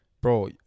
bro